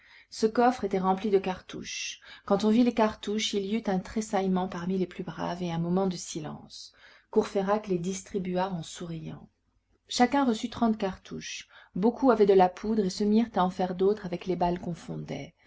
ce coffre était rempli de cartouches quand on vit les cartouches il y eut un tressaillement parmi les plus braves et un moment de silence courfeyrac les distribua en souriant chacun reçut trente cartouches beaucoup avaient de la poudre et se mirent à en faire d'autres avec les balles